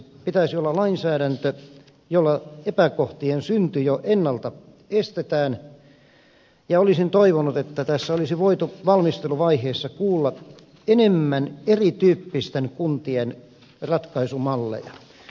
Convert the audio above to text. pitäisi olla lainsäädäntö jolla epäkohtien synty jo ennalta estetään ja olisin toivonut että tässä olisi voitu valmisteluvaiheessa kuulla enemmän erityyppisten kuntien ratkaisumalleja